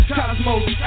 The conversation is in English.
Cosmos